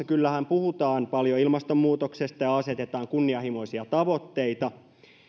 kyllä puhutaan paljon ilmastonmuutoksesta ja asetetaan kunnianhimoisia tavoitteita